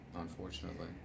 unfortunately